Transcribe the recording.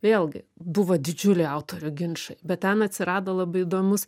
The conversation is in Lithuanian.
vėlgi buvo didžiuliai autorių ginčai bet ten atsirado labai įdomus